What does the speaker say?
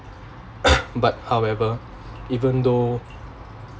but however even though